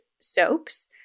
soaps